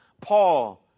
Paul